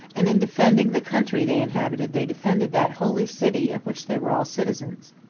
and in defending the country they inhabited they defended that holy city of which they were all citizens.